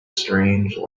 strange